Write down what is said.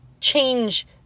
change